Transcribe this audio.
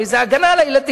הרי זה הגנה על הילדים.